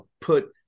put